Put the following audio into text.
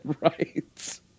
Right